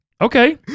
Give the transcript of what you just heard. Okay